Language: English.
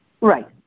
Right